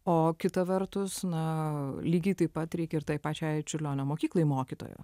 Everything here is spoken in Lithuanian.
o kita vertus na lygiai taip pat reikia pačiai čiurlionio mokyklai mokytojo